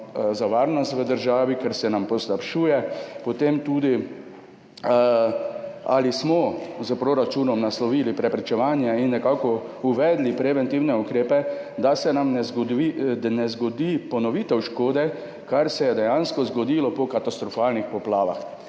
za varnost v državi, ker se nam poslabšuje, potem tudi to, ali smo s proračunom naslovili preprečevanje in nekako uvedli preventivne ukrepe, da se nam ne zgodi ponovitev škode, kar se je dejansko zgodilo po katastrofalnih poplavah,